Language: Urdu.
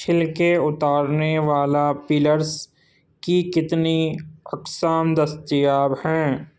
چھلکے اتارنے والا پلرس کی کتنی اقسام دستیاب ہیں